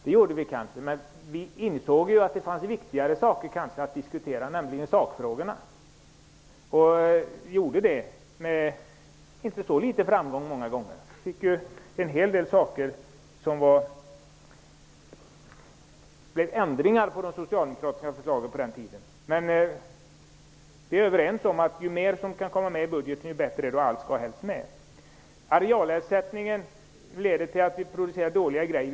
Det gjorde vi kanske, men vi insåg att det fanns viktigare saker att diskutera, nämligen sakfrågorna. Det gjorde vi många gånger med inte så liten framgång. Vi fick igenom en hel del ändringar av de socialdemokratiska förslagen på den tiden. Vi är dock överens om att det är bättre ju mer som kan komma med i budgeten. Allt skall helst finnas med. Skulle arealersättningen leda till dåliga produkter?